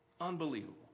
Unbelievable